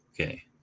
Okay